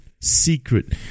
secret